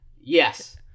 yes